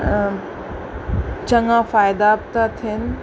चङा फ़ाइदा बि था थियनि